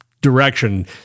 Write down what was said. direction